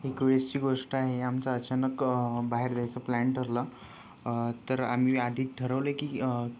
एक वेळची गोष्ट आहे आमचं अचानक बाहेर जायचा प्लॅन ठरला तर आम्ही आधी ठरवले की